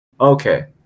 Okay